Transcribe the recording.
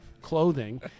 clothing